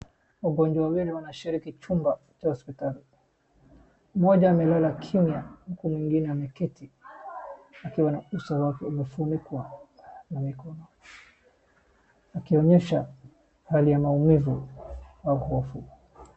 Wagonjwa wawili wanashiriki chumba cha hospitali. Mmoja amelala kimya huku mwingine ameketi akiwa na uso wake umefunikwa na mikono akionyesha hali ya maumivu na hofu.